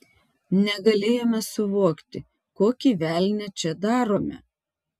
negalėjome suvokti kokį velnią čia darome